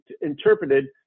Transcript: interpreted